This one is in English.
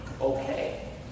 okay